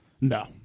No